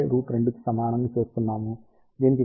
ఎందుకు 1√2 కి సమానం చేస్తున్నాము